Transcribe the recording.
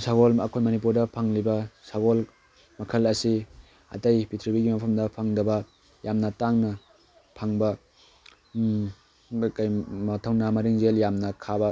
ꯁꯒꯣꯜ ꯑꯩꯈꯣꯏ ꯃꯅꯤꯄꯨꯔꯗ ꯐꯪꯂꯤꯕ ꯁꯒꯣꯜ ꯃꯈꯜ ꯑꯁꯤ ꯑꯇꯩ ꯄꯤꯛꯊ꯭ꯔꯤꯕꯤꯒꯤ ꯃꯐꯝꯗ ꯐꯪꯗꯕ ꯌꯥꯝꯅ ꯇꯥꯡꯅ ꯐꯪꯕ ꯃꯊꯧꯅꯥ ꯃꯔꯤꯡꯖꯦꯜ ꯌꯥꯝꯅ ꯈꯥꯕ